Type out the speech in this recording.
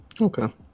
Okay